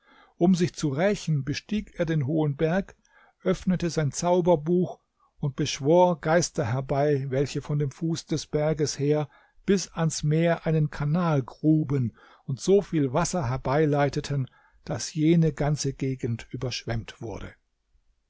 um sich zu rächen bestieg er den hohen berg öffnete sein zauberbuch und beschwor geister herbei welche von dem fuß des berges her bis ans meer einen kanal gruben und so viel wasser herbeileiteten daß jene ganze gegend überschwemmt wurde